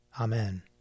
Amen